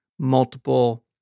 multiple